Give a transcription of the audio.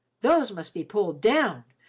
those must be pulled down,